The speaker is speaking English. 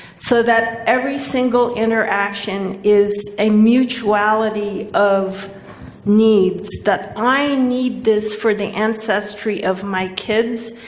so that every single interaction is a mutuality of needs that i need this for the ancestry of my kids,